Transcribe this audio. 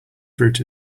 fruit